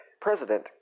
President